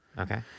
Okay